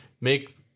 make